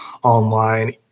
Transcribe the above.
online